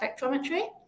spectrometry